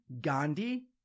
Gandhi